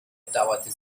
bedauerte